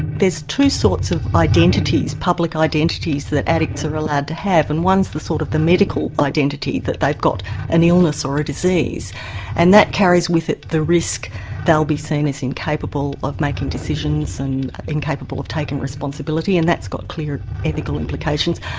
there's two sorts of identities, public identities that addicts are allowed to have. and one's the sort of medical identity that they've got an illness or a disease and that carries with it the risk that they'll be seen as incapable of making decisions and incapable of taking responsibility, and that's got clear ethical implications.